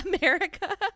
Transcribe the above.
America